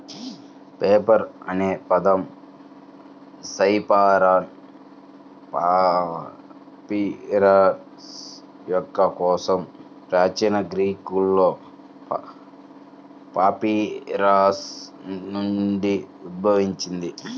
paper అనే పదం cyperus papyrus మొక్క కోసం ప్రాచీన గ్రీకులో పాపిరస్ నుండి ఉద్భవించింది